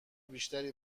بیشتری